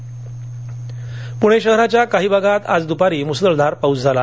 हवामान पुणे शहराच्या काही भागात आजही दुपारी मुसळधार पाऊस झाला